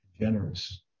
generous